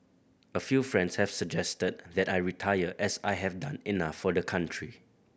a few friends have suggested that I retire as I have done enough for the country